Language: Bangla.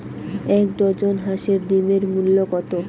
এক ডজন হাঁসের ডিমের মূল্য কত?